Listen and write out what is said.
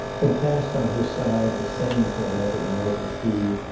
had passed on her side the same tormented night as he,